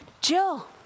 Jill